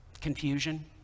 confusion